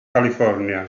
california